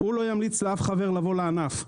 הוא לא ימליץ לאף חבר לבוא לענף.